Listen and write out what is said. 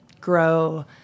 grow